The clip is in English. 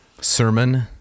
Sermon